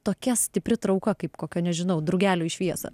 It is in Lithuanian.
tokia stipri trauka kaip kokio nežinau drugelio į šviesa